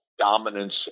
Dominance